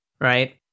right